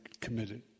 committed